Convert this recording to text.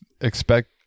expect